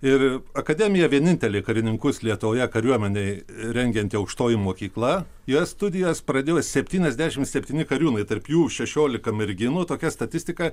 ir akademija vienintelė karininkus lietuvoje kariuomenei rengianti aukštoji mokykla joje studijas pradėjo septyniasdešim septyni kariūnai tarp jų šešiolika merginų tokia statistika